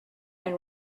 and